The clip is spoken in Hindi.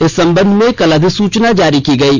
इस संबंध में कल अधिसूचना जारी की गयी